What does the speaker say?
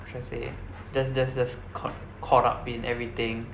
how should I say ah just just just caught caught up in everything